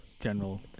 General